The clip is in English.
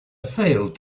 failed